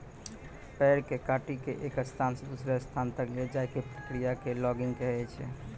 पेड़ कॅ काटिकॅ एक स्थान स दूसरो स्थान तक लै जाय के क्रिया कॅ लॉगिंग कहै छै